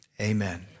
Amen